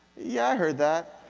yeah, i heard that.